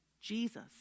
Jesus